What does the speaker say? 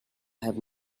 have